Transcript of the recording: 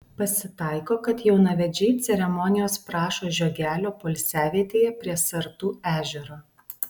pasitaiko kad jaunavedžiai ceremonijos prašo žiogelio poilsiavietėje prie sartų ežero